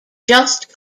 just